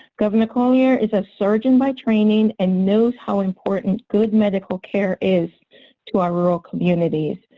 governor colyer is a surgeon by training and knows how important good medical care is to our rural community.